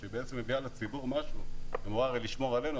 כשהיא מביאה לציבור משהו היא הרי אמורה לשמור עלינו,